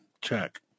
check